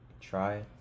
try